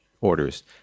orders